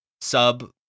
sub